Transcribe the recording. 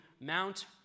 Mount